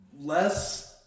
less